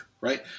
right